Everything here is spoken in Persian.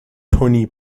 تونی